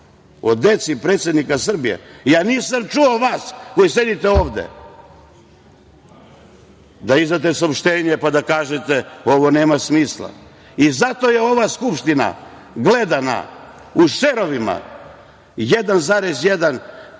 o deci predsednika Srbije…Ja nisam čuo vas koji sedite ovde da izdate saopštenje, pa da kažete – ovo nema smisla. Zato je ova Skupština gledano u šerovima 1,1.